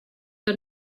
que